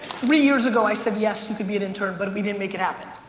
three years ago, i said, yes, you could be an intern but we didn't make it happen?